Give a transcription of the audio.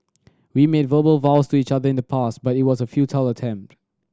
we made verbal vows to each other in the past but it was a futile attempt